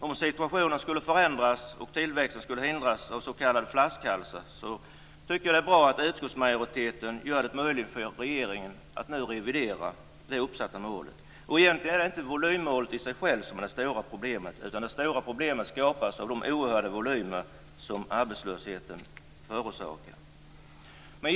Om situationen skulle förändras och tillväxten hindras av s.k. flaskhalsar tycker jag att det är bra att utskottsmajoriteten gör det möjligt för regeringen att nu revidera det uppsatta målet. Egentligen är det inte volymmålet i sig självt som är det stora problemet, utan det utgörs av de oerhörda volymer som arbetslösheten förorsakar.